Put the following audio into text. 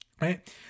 Right